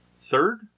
third